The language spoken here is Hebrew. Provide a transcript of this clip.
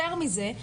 יותר מזה,